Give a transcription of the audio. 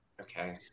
Okay